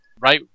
right